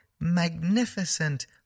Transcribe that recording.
magnificent